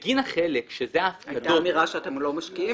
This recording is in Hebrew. אבל בגין החלק של ההפקדות --- הייתה אמירה שאתם לא משקיעים,